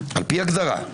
לפי הגדרה,